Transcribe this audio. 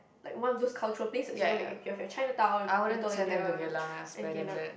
like one of those cultural places you know like you have have Chinatown Little-India and Geylang